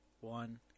one